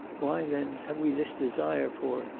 why, then, have we this desire for,